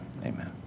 Amen